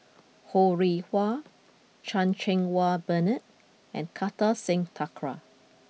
Ho Rih Hwa Chan Cheng Wah Bernard and Kartar Singh Thakral